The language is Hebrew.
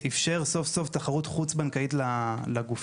ואפשר סוף סוף תחרות חוץ בנקאית לגופים.